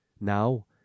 now